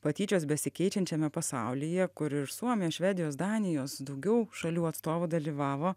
patyčios besikeičiančiame pasaulyje kur ir suomijos švedijos danijos daugiau šalių atstovų dalyvavo